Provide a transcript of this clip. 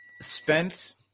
spent